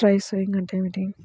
Dry sowing అంటే ఏమిటి?